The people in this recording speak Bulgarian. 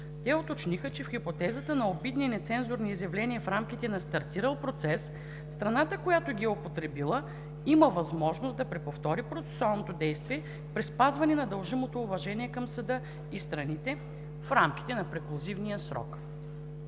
Те уточниха, че в хипотезата на обидни и нецензурни изявления в рамките на стартирал процес страната, която ги е употребила, има възможност да преповтори процесуалното действие при спазване на дължимото уважение към съда и страните в рамките на преклузивния срок.